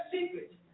secret